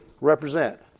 represent